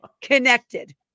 connected